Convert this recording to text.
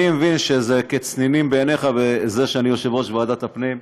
אני מבין שזה לצנינים בעיניך שאני יושב-ראש ועדת הפנים,